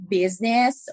business